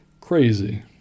crazy